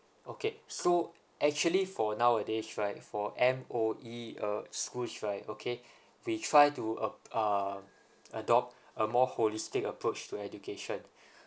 okay so actually for nowadays right for M_O_E uh schools right okay we try to ad~ uh adopt a more holistic approach to education